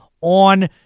on